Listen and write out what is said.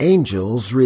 Angel's